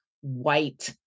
white